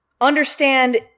understand